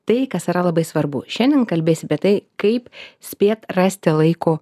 tai kas yra labai svarbu šiandien kalbės apie tai kaip spėt rasti laiko